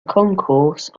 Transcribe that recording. concourse